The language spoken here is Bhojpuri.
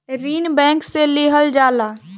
ऋण बैंक से लेहल जाला